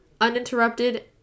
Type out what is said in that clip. uninterrupted